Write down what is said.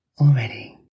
already